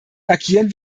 markieren